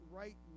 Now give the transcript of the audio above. right